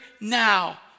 now